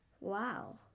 wow